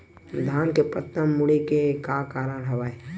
धान के पत्ता मुड़े के का कारण हवय?